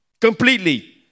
completely